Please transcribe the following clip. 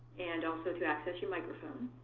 and also to access your microphone.